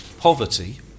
poverty